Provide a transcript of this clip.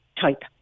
type